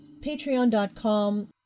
patreon.com